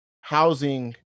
housing